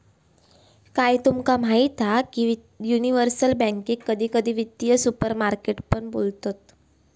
काय तुमका माहीत हा की युनिवर्सल बॅन्केक कधी कधी वित्तीय सुपरमार्केट पण बोलतत